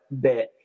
bit